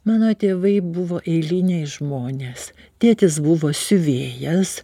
mano tėvai buvo eiliniai žmonės tėtis buvo siuvėjas